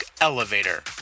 elevator